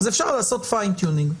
אז אפשר לעשות Fine-tuning.